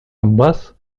аббас